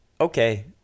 okay